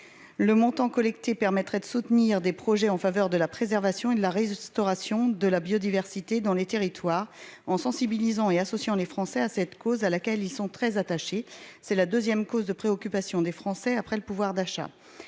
le montant collecté permettrait de soutenir des projets en faveur de la préservation et la restauration de la biodiversité dans les territoires, en sensibilisant et associant les Français à cette cause à laquelle ils sont très attachés, c'est la 2ème cause de préoccupations des Français après le pouvoir d'achat